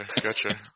Gotcha